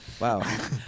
Wow